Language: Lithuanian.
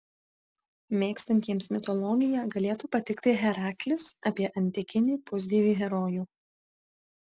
mėgstantiems mitologiją galėtų patikti heraklis apie antikinį pusdievį herojų